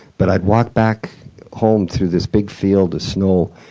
but i'd walk back home through this big field of snow,